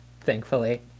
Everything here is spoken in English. thankfully